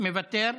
מוותר.